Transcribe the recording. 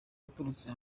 uturutse